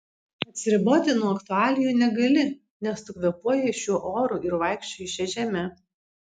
atsiriboti nuo aktualijų negali nes tu kvėpuoji šiuo oru ir vaikščioji šia žeme